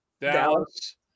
Dallas